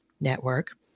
network